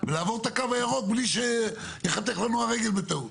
ולעבור את הקו הירוק בלי שתיחתך לנו הרגל בטעות.